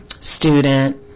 student